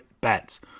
Bets